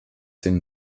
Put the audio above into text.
den